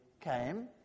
came